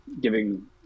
giving –